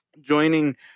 joining